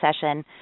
session